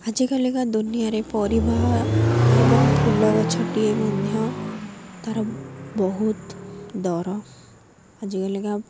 ଆଜିକାଲିକା ଦୁନିଆରେ ପରିବା ଏବଂ ଫୁଲ ଗଛଟିଏ ମଧ୍ୟ ତା'ର ବହୁତ ଦର ଆଜିକାଲିକା